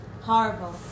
Horrible